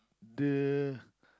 the